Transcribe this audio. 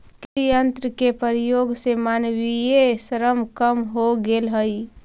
कृषि यन्त्र के प्रयोग से मानवीय श्रम कम हो गेल हई